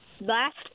Last